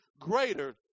greater